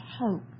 hope